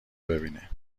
ببینه